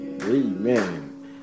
Amen